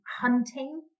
hunting